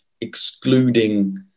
excluding